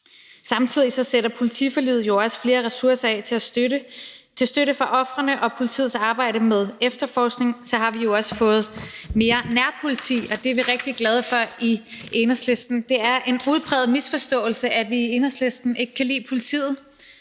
Samtidig sætter politiforliget jo også flere ressourcer af til støtte for ofrene, og med politiets arbejde med efterforskning har vi jo også fået mere nærpoliti, og det er vi rigtig glade for i Enhedslisten. Det er en udpræget misforståelse, at vi i Enhedslisten ikke kan lide politiet.